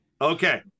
Okay